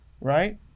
right